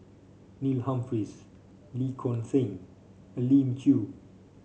Neil Humphreys Lee Choon Seng Elim Chew